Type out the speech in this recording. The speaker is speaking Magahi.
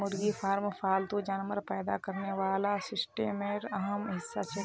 मुर्गी फार्म पालतू जानवर पैदा करने वाला सिस्टमेर अहम हिस्सा छिके